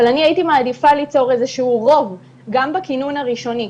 אבל הייתי מעדיפה ליצור רוב גם בכינון הראשונה.